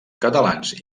catalans